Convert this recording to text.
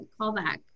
callback